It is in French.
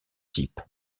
types